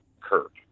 Kirk